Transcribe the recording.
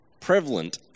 prevalent